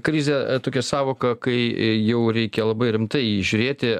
krizė tokia sąvoka kai jau reikia labai rimtai žiūrėti